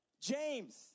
James